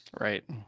Right